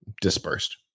dispersed